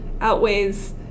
outweighs